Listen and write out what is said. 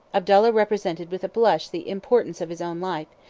abdallah represented with a blush the importance of his own life,